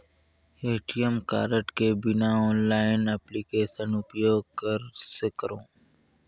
ATM card के बिना online application उपयोग कइसे करो?